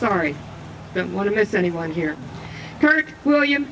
sorry i don't want to miss anyone here were you